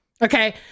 Okay